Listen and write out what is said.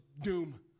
doom